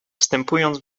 wstępując